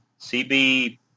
CB